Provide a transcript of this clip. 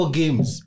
games